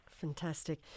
Fantastic